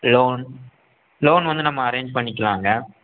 loan loan வந்து நம்ம arrange பண்ணிக்கலாங்க